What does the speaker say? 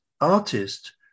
artist